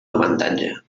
avantatge